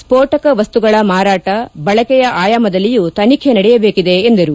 ಸ್ಫೋಟಕ ವಸ್ತುಗಳ ಮಾರಾಟ ಬಳಕೆಯ ಆಯಾಮದಲ್ಲಿಯೂ ತನಿಚೆ ನಡೆಯಬೇಕಿದೆ ಎಂದರು